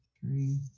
three